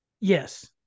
Yes